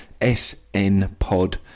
SNPOD